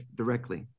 directly